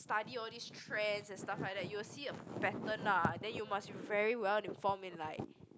study all these trends and stuff like that you will see a pattern ah then you must be very well informed in like